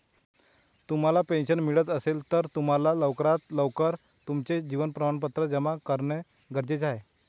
तुम्हाला पेन्शन मिळत असेल, तर तुम्हाला लवकरात लवकर तुमचं जीवन प्रमाणपत्र जमा करणं गरजेचे आहे